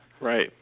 Right